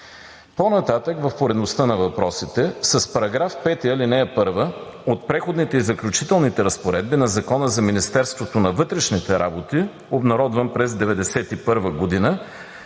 По-нататък в поредността на въпросите. С § 5, ал. 1 от „Преходните и заключителните разпоредби“ на Закона за Министерството на вътрешните работи, обнародван през 1991 г.,